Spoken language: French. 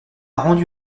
rendu